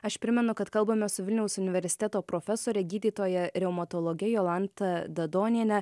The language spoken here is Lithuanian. aš primenu kad kalbame su vilniaus universiteto profesore gydytoja reumatologe jolanta dadoniene